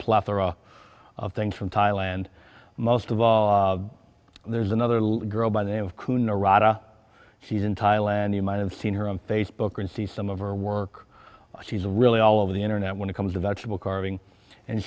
plethora of things from thailand most of all there's another little girl by the name of coonrod or she's in thailand you might have seen her on facebook and see some of her work she's really all over the internet when it comes to vegetable carving and